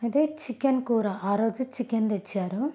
అయితే చికెన్ కూర ఆ రోజు చికెన్ తెచ్చారు